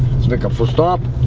let's make a full stop